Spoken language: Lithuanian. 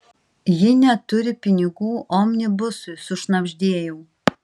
ji neturi pinigų omnibusui sušnabždėjau